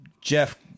Jeff